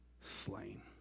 slain